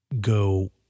go